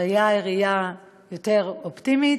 הראייה היא ראייה יותר אופטימית,